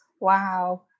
wow